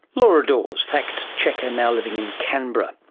laura dawes, fact-checker, now living in canberra.